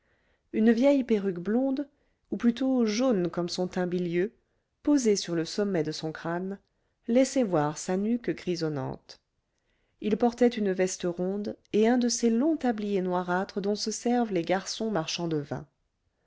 une vieille perruque blonde ou plutôt jaune comme son teint bilieux posée sur le sommet de son crâne laissait voir sa nuque grisonnante il portait une veste ronde et un de ces longs tabliers noirâtres dont se servent les garçons marchands de vin